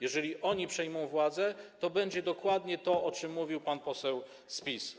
Jeżeli oni przejmą władzę, to będzie dokładnie to, o czym mówił pan poseł z PiS.